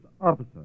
officer